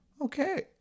Okay